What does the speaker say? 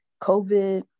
COVID